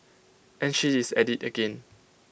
and she is at IT again